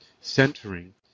centering